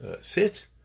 sit